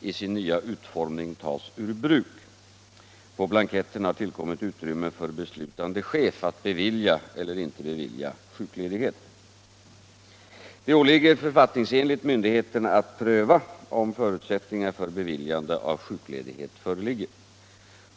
i sin nya utformning tas ur bruk. På blanketten har tillkommit utrymme för beslutande chef att bevilja eller inte bevilja sjukledighet. Det åligger författningsenligt myndigheterna att pröva om förutsättningar för beviljande av sjukledighet föreligger.